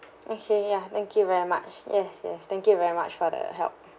okay ya thank you very much yes yes thank you very much for the help